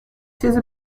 چیزی